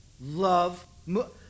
Love